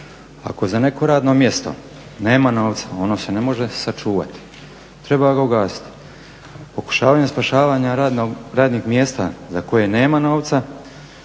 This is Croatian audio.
Ako za neko radno mjesto nema novca ono se ne može sačuvati, treba ga ugasiti. Pokušavanjem spašavanja radnih mjesta za koje nema novca